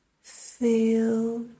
Feel